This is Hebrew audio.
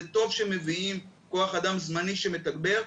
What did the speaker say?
זה טוב שמביאים כוח אדם זמני שמתגבר,